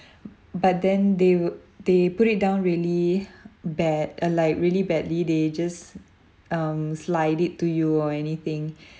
but then they wou~ they put it down really bad ah like really badly they just um slide it to you or anything